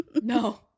No